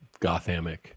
Gothamic